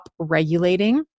upregulating